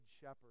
shepherd